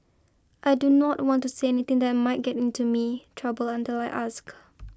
I do not want to say anything that might get into me trouble until I ask